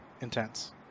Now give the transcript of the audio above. intense